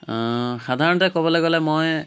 সাধাৰণতে ক'বলৈ গ'লে মই